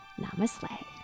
namaste